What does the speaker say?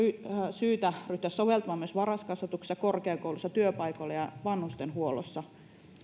syytä ryhtyä soveltamaan myös varhaiskasvatuksessa korkeakouluissa työpaikoilla ja vanhustenhuollossa